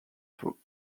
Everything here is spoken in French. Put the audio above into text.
faux